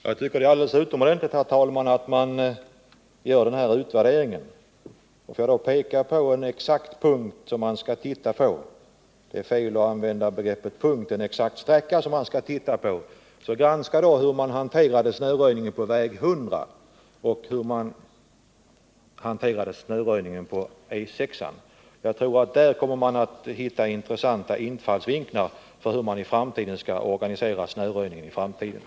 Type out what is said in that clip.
Jag tycker det är alldeles utomordentligt, herr talman, att man gör denna inventering. Får jag rekommendera att man tittar på en exakt sträcka: hur man hanterade snöröjningen på väg 100 och hur man hanterade den på E 6. Jag tror att man där kommer att hitta intressanta infallsvinklar för hur snöröjningen i framtiden bör organiseras.